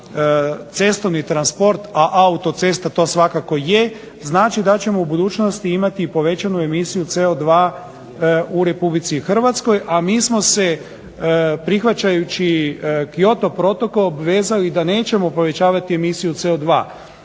za cestovni transport, a autocesta to svakako je, znači da ćemo u budućnosti imati i povećanu emisiju CO2 u RH. A mi smo se prihvaćajući Kyoto protokol obvezali da nećemo povećavati emisiju CO2.